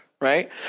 Right